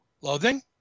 loathing